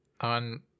On